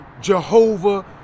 Jehovah